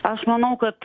aš manau kad